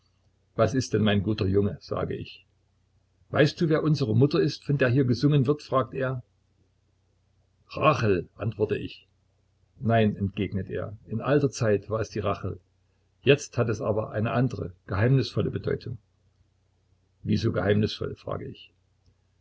was denn mein guter junge sage ich weißt du wer unsere mutter ist von der hier gesungen wird fragt er rahel antworte ich nein entgegnet er in alter zeit war es die rahel jetzt hat es aber eine andere geheimnisvolle bedeutung wieso geheimnisvoll frage ich